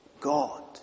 God